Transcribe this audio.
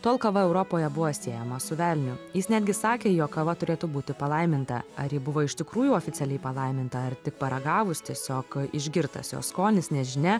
tol kava europoje buvo siejama su velniu jis netgi sakė jog kava turėtų būti palaiminta ar ji b uvo iš tikrųjų oficialiai palaiminta ar tik paragavus tiesiog išgirtas jos skonis nežinia